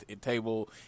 table